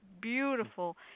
beautiful